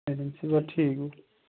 agency گوٚو ٹھیٖک گوٚو